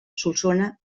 solsona